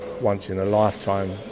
once-in-a-lifetime